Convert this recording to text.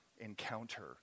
encounter